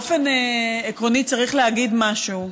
באופן עקרוני צריך להגיד משהו: